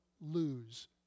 lose